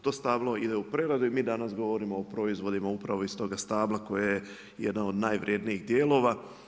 To stablo ide u preradu i mi danas govorimo o proizvodima upravo iz toga stabla koja je jedna od najvrijednijih dijelova.